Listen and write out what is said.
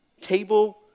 table